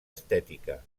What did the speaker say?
estètica